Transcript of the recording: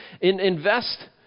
Invest